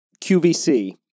QVC